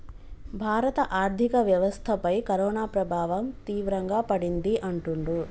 భారత ఆర్థిక వ్యవస్థపై కరోనా ప్రభావం తీవ్రంగా పడింది అంటుండ్రు